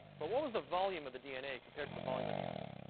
but what was the volume of the dna compared to the volume of the onion?